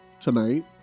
tonight